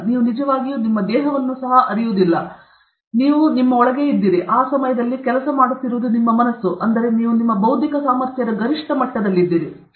ನೀವು ನಿಜವಾಗಿಯೂ ನಿಮ್ಮ ದೇಹವನ್ನು ಸಹ ಅರಿವಿರಲಿಲ್ಲ ನೀವು ಒಳಗೆ ಇದ್ದೀರಿ ನೀವು ಕೇವಲ ಪ್ರೀಕ್ ಮಾಡುತ್ತಿದ್ದೀರಿ ಅದು ಆ ಸಮಯದಲ್ಲಿ ಕೆಲಸ ಮಾಡುತ್ತಿರುವ ನಿಮ್ಮ ಮನಸ್ಸು ಅಂದರೆ ನೀವು ನಿಮ್ಮ ಬೌದ್ಧಿಕ ಸಾಮರ್ಥ್ಯದ ಗರಿಷ್ಠ ಮಟ್ಟದಲ್ಲಿದೆ